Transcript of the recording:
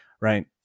Right